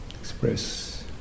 express